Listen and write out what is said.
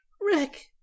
Rick